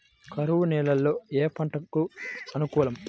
కరువు నేలలో ఏ పంటకు అనుకూలం?